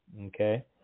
Okay